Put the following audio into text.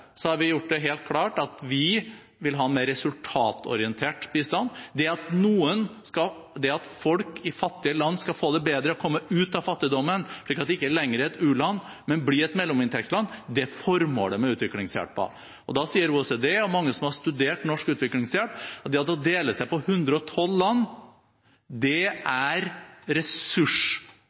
har vi gjort det helt klart at vi vil ha mer resultatorientert bistand. Det at folk i fattige land skal få det bedre og komme ut av fattigdommen, slik at det ikke lenger er et u-land, men blir et mellominntektsland, er formålet med utviklingshjelpen. Og da sier OECD og mange som har studert norsk utviklingshjelp, at det å dele seg på 112 land, krever veldig mye ressurser, også når det